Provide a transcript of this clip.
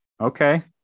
Okay